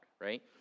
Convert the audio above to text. right